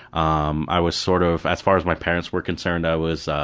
um i was sort of, as far as my parents were concerned, i was,